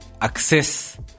access